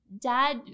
Dad